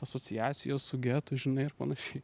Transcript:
asociacijos su getu žinai ir panašiai